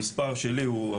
המספר שלי הוא,